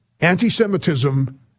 anti-Semitism